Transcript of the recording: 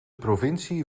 provincie